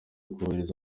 korohereza